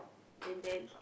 and then